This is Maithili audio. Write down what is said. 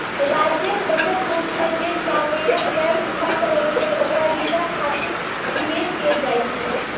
राज्यक बचत रूप मे जे सॉवरेन वेल्थ फंड होइ छै, ओकरा रिटर्न खातिर निवेश कैल जाइ छै